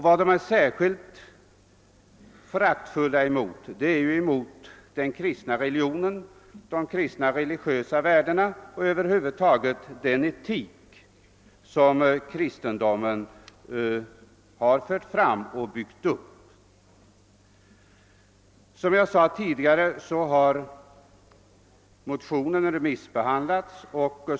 Vad de är särskilt föraktfulla mot är den kristna religionen, de kristna religiösa värdena och över huvud taget den etik som kristendomen har byggt upp och slår vakt om.